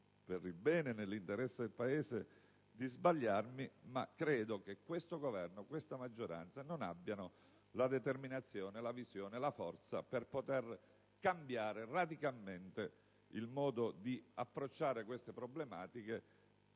per il bene e nell'interesse del Paese, di sbagliarmi. Credo però che questo Governo e la sua maggioranza non abbiano la determinazione e la forza per poter cambiare radicalmente il modo di approcciare queste problematiche,